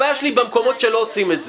הבעיה שלי היא במקומות שלא עושים את זה,